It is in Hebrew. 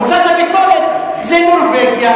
קבוצת הביקורת זה נורבגיה,